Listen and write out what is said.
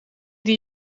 die